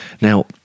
Now